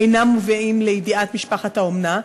אינם מובאים לידיעת משפחת האומנה,